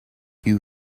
you